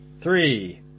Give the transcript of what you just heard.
Three